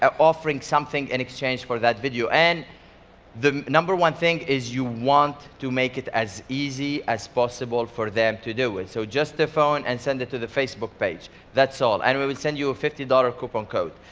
and offering something in exchange for that video. and the number one thing is, you want to make it as easy as possible for them to do it. so just the phone, and send it to the facebook page. that's all. and we will send you a fifty dollars coupon code.